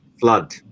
flood